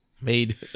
Made